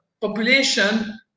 population